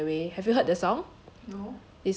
it's called something by the way have you heard the song